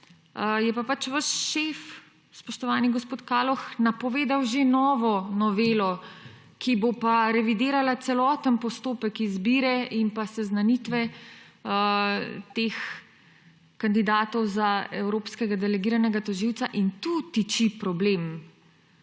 je pa vaš šef, spoštovani gospod Kaloh, napovedal že novo novelo, ki bo pa revidirala celoten postopek izbire in seznanitve teh kandidatov za evropskega delegiranega tožilca, in tu tiči problem.